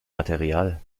material